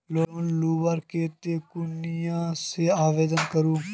Loan लुबार केते कुनियाँ से आवेदन करूम?